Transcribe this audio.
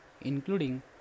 including